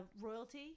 royalty